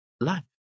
life